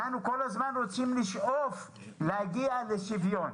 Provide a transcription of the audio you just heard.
אנחנו רוצים כל הזמן לשאוף להגיע לשוויון,